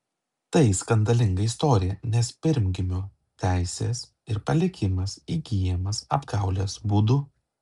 tai skandalinga istorija nes pirmgimio teisės ir palikimas įgyjamas apgaulės būdu